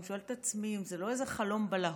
אני שואלת את עצמי אם זה לא חלום בלהות,